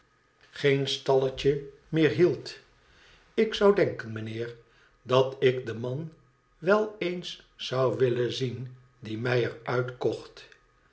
geen stalletje meer hieldt tik zou denken meneer dat ik den man wel eens zou willen zien die er mij